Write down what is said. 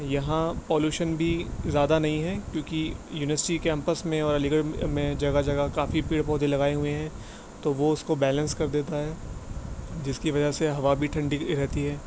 یہاں پولیوشن بھی زیادہ نہیں ہے کیونکہ یونیورسٹی کیمپس میں اور علی گڑھ میں جگہ جگہ کافی پیڑ پودے لگائے ہوئے ہیں تو وہ اس کو بیلینس کر دیتا ہے جس کی وجہ سے ہوا بھی ٹھنڈی رہتی ہے